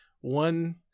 one